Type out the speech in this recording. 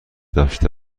داشته